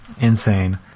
insane